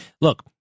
look